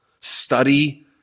Study